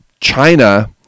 China